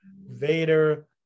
Vader